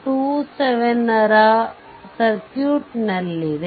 27 ರ ಸರ್ಕ್ಯೂಟ್ನಲ್ಲಿದೆ